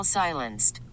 silenced